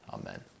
Amen